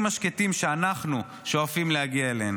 השקטים שאנחנו שואפים להגיע אליהם.